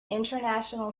international